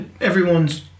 everyone's